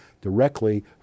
directly